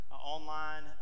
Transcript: Online